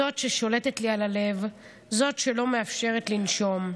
זו ששולטת לי על הלב, זו שלא מאפשרת לנשום.